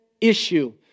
issue